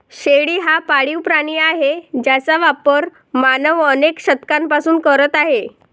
शेळी हा पाळीव प्राणी आहे ज्याचा वापर मानव अनेक शतकांपासून करत आहे